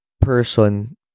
person